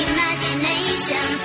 Imagination